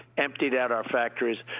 emptied out our factories.